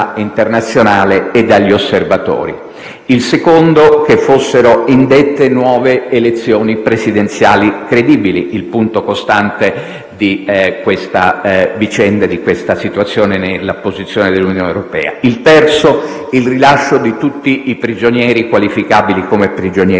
internazionale e dagli osservatori; il secondo, l'indizione di nuove elezioni presidenziali credibili (il punto costante di questa vicenda nella posizione dell'Unione europea); il terzo, il rilascio di tutti i prigionieri qualificabili come prigionieri